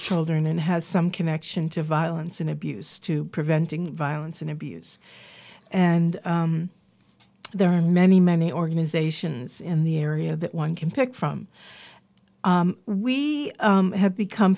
children and has some connection to violence and abuse to preventing violence and abuse and there are many many organizations in the area that one can pick from we have become